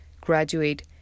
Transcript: graduate